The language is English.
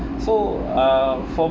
so uh for